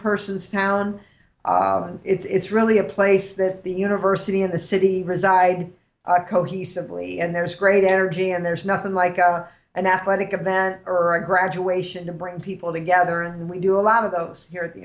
person's town and it's really a place that the university and the city reside cohesively and there's great energy and there's nothing like out an athletic event or a graduation to bring people together and we do a lot of those here at the